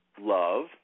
love